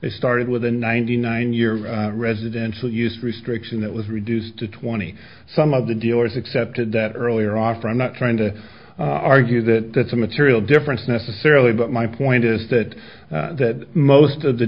they started with a ninety nine year residential use restriction that was reduced to twenty some of the dealers accepted that earlier offer i'm not trying to argue that that's a material difference necessarily but my point is that that most of the